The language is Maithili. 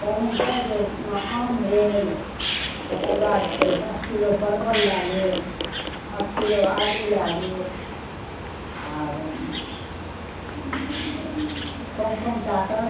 कहलहुॅं तऽ जे आम भेल तकर बाद से पाँच किलो परवल लय लेब पाँच किलो आलू लय लेब कम कम कय कऽ